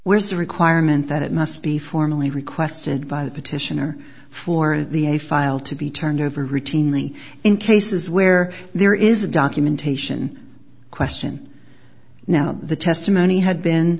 where's a requirement that it must be formally requested by the petitioner for the a file to be turned over routinely in cases where there is documentation question now the testimony had been